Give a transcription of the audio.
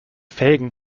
felgen